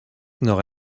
nord